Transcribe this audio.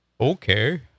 Okay